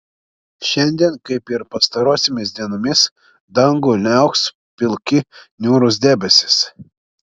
šiandien kaip ir pastarosiomis dienomis dangų niauks pilki niūrūs debesys